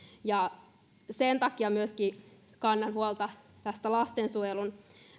sen takia myöskin kannan huolta lastensuojelun